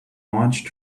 launch